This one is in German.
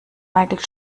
michael